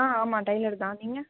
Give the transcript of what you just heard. ஆ ஆமாம் டெய்லர் தான் நீங்கள்